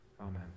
Amen